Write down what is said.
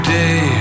day